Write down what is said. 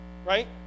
Right